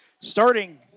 Starting